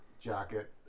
jacket